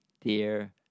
dear